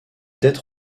dette